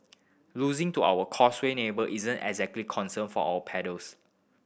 losing to our causeway neighbour isn't exactly concern for our paddlers